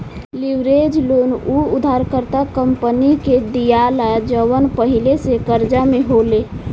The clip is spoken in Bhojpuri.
लीवरेज लोन उ उधारकर्ता कंपनी के दीआला जवन पहिले से कर्जा में होले